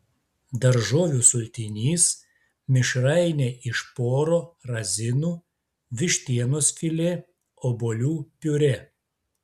daržovių sultinys mišrainė iš poro razinų vištienos filė obuolių piurė